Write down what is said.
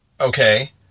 okay